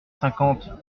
cinquante